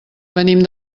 venim